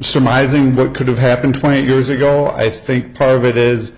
it could have happened twenty years ago i think part of it is